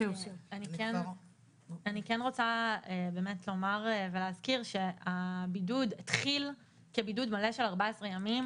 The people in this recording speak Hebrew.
אני כן רוצה לומר ולהזכיר שהבידוד התחיל כבידוד מלא של 14 ימים.